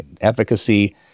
efficacy